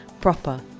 proper